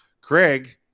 Craig